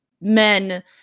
men